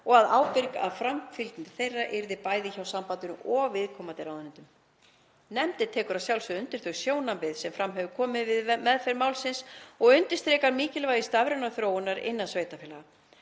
og að ábyrgð á framfylgd hennar yrði bæði hjá sambandinu og viðkomandi ráðuneytum. Nefndin tekur að sjálfsögðu undir þau sjónarmið sem fram hafa komið við meðferð málsins og undirstrikar mikilvægi stafrænnar þróunar innan sveitarfélaga.